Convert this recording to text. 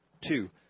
two